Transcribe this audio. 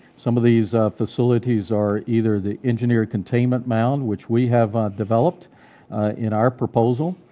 some of these facilities are either the engineer containment mound, which we have developed in our proposal